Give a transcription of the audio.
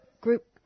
group